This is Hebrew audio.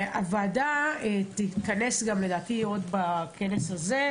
הוועדה תתכנס גם לדעתי עוד בכנס הזה,